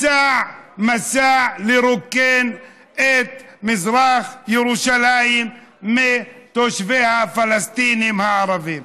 מסע לרוקן את מזרח ירושלים מתושביה הפלסטינים הערבים.